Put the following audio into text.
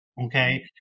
Okay